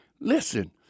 Listen